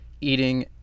eating